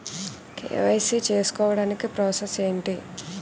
KYC చేసుకోవటానికి process ఏంటి?